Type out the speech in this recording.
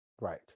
Right